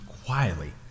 Quietly